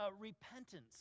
repentance